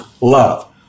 Love